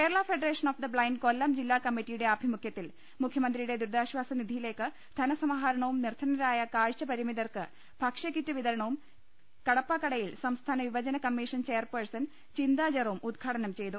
Kerala federation of the blind Kollam ജില്ലാ കമ്മ റ്റിയുടെ ആഭിമുഖ്യത്തിൽ മുഖ്യമന്ത്രിയുടെ ദുരിതാശ്ചാസ നിധി യിലേക്ക് ധനസമാഹരണവും നിർധനരായ കാഴ്ചപരിമിതർക്ക് ഭക്ഷ്യകിറ്റ് വിതരണവും ക്ടപ്പാക്കടയിൽ സംസ്ഥാന യുവജന commission chairperson Chintha Jerome ഉദ്ഘാടനം ചെയ്തു